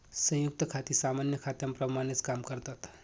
संयुक्त खाती सामान्य खात्यांप्रमाणेच काम करतात